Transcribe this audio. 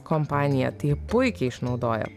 kompanija tai puikiai išnaudojo